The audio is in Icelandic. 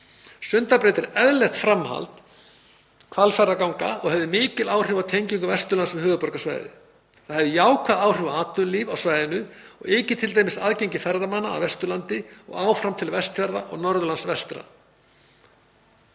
Sundabraut er eðlilegt framhald Hvalfjarðarganga og hefði mikil áhrif á tengingu Vesturlands við höfuðborgarsvæðið. Það hefði jákvæð áhrif á atvinnulíf á svæðinu og yki t.d. aðgengi ferðamanna að Vesturlandi og áfram til Vestfjarða og Norðurlands vestra.